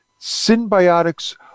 symbiotics